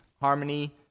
harmony